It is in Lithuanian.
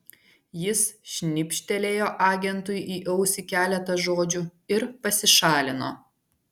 jis šnibžtelėjo agentui į ausį keletą žodžių ir pasišalino